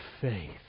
faith